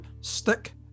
stick